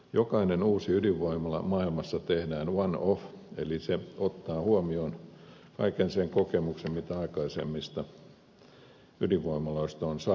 jokainen uusi ydinvoimala maailmassa tehdään one off eli se ottaa huomioon kaiken sen kokemuksen mitä aikaisemmista ydinvoimaloista on saatu